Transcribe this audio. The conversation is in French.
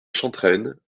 chantrenne